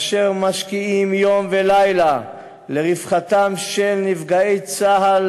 אשר משקיעים יום ולילה לרווחתם של נפגעי צה"ל